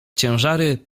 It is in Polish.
ciężary